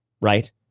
right